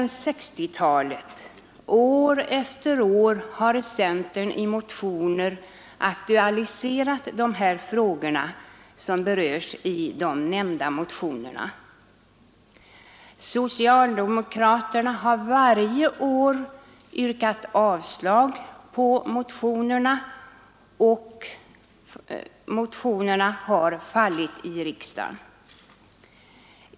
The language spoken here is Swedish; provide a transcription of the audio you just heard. Ända sedan 1960-talet har centern år efter år i motioner aktualiserat de frågor som berörs i nämnda motioner. Socialdemokraterna har emellertid varje år yrkat avslag på motionerna, som också har fallit i riksdagen.